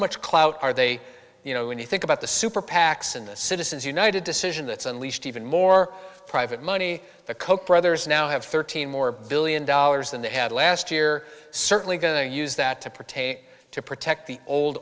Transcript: much clout are they you know when you think about the super pacs and the citizens united decision that's unleashed even more private money the koch brothers now have thirteen more billion dollars than they had last year certainly going to use that to pertain to protect the old